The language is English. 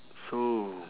so